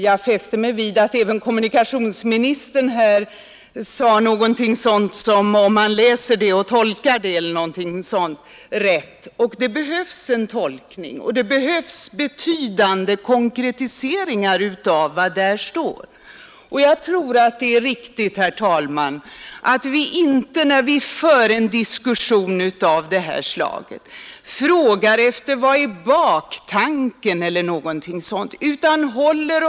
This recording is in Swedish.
Jag fäste mig vid att även kommunikationsministern sade någonting sådant som att ”om man läser den och tolkar den rätt”. Det behövs tolkning och betydande konkretiseringar av vad där står. Jag tror det är viktigt, herr talman, att vi inte när vi för en diskussion av detta slag frågar efter baktanken utan håller oss till vad frågan gäller.